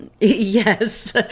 Yes